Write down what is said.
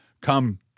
come